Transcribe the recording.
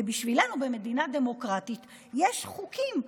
ובשבילנו במדינה דמוקרטית יש חוקים,